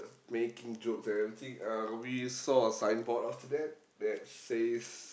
making jokes and everything uh we saw a signboard after that that says